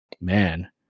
man